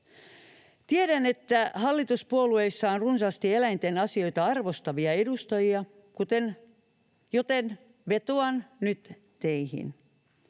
Tiedän, että hallituspuolueissa on runsaasti eläinten asioita arvostavia edustajia, joten vetoan nyt teihin: